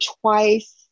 twice